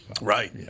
right